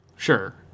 Sure